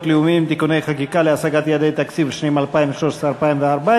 לאומיים (תיקוני חקיקה להשגת יעדי התקציב לשנים 2013 ו-2014),